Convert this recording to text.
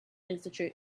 institute